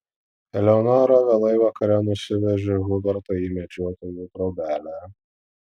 eleonora vėlai vakare nusivežė hubertą į medžiotojų trobelę